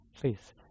please